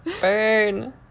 burn